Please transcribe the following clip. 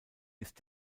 ist